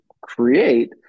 create